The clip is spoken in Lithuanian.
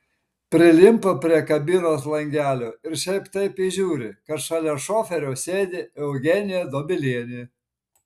prilimpa prie kabinos langelio ir šiaip taip įžiūri kad šalia šoferio sėdi eugenija dobilienė